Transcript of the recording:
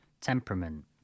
temperament